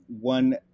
one